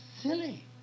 silly